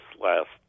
last